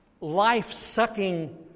life-sucking